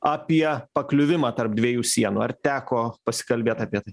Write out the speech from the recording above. apie pakliuvimą tarp dviejų sienų ar teko pasikalbėt apie tai